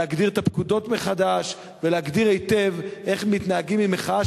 להגדיר את הפקודות מחדש ולהגדיר היטב איך מתנהגים עם מחאה